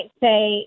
say